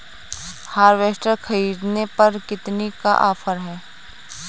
Harvester ख़रीदने पर कितनी का ऑफर है?